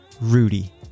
Rudy